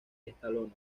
estolones